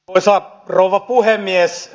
arvoisa rouva puhemies